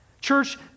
Church